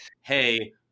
hey